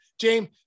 James